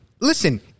Listen